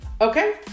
Okay